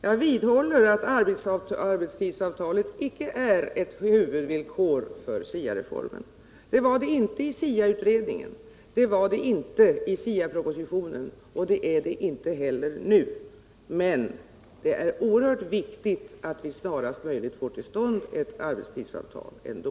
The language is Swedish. Jag vidhåller att arbetstidsavtalet icke är ett huvudvillkor för SIA reformen. Det var det inte i SIA-utredningen, det var det inte i SIA propositionen och det är det inte heller nu. Men det är oerhört viktigt att vi snarast möjligt får till stånd ett arbetstidsavtal ändå.